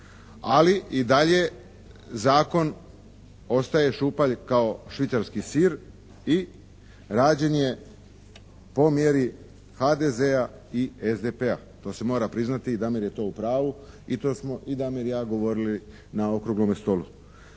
ali i dalje zakon ostaje šupalj kao švicarski sir i rađen je po mjeri HDZ-a i SDP-a. To se mora priznati i Damir je tu u pravu i to sam i Damir i ja govorili na Okruglome stolu.